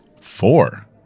Four